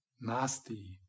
nasty